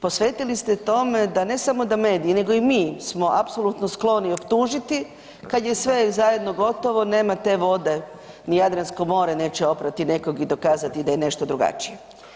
Posvetili ste tome da ne samo da mediji nego i mi smo apsolutno skloni optužiti kad je sve zajedno gotovo, nema te vode, ni Jadransko more neće oprati nekog i dokazati da je nešto drugačije.